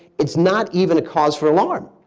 it's not even a cause for alarm.